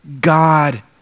God